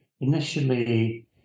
initially